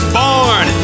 born